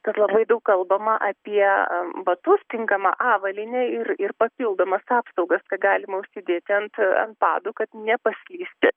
tad labai daug kalbama apie batus tinkamą avalynę ir ir papildomas apsaugas ką galima užsidėti ant ant padų kad nepaslysti